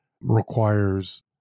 requires